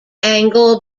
angle